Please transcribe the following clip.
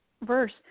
verse